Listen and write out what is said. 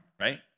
right